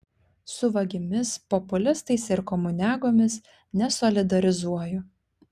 su vagimis populistais ir komuniagomis nesolidarizuoju